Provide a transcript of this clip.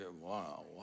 wow